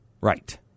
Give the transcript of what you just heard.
Right